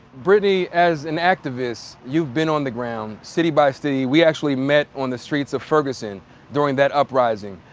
brittany, as an activist, you've been on the ground, city by city. we actually met on the streets of ferguson during that uprising.